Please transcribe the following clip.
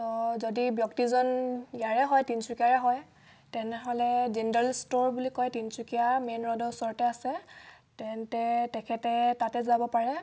যদি ব্যক্তিজন ইয়াৰে হয় তিনচুকীয়াৰে হয় তেনেহ'লে জিন্দেল ষ্ট'ৰ বুলি কয় তিনচুকীয়া মেইন ৰোডৰ ওচৰতে আছে তেন্তে তেখেতে তাতে যাব পাৰে